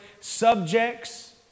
subjects